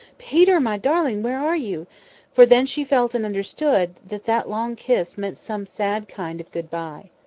peter, my darling! where are you for then she felt and understood that that long kiss meant some sad kind of good-bye.